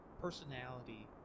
personality